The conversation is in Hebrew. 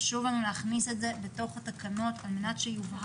חשוב לנו להכניס את זה לתקנות על מנת שיובהר